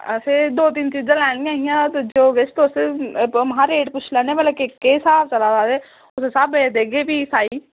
असें दो तीन चीजां लैनियां हियां जो किश तुस महां रेट पुच्छी लैन्ने आं भलां केह् स्हाब चलादा ते अस स्हाबें दा देगे फ्ही साई